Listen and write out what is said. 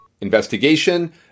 investigation